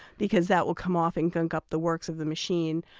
because that will come off and gunk up the works of the machine.